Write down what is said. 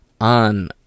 on